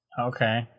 Okay